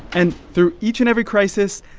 and through each and every crisis,